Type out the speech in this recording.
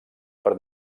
per